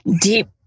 deep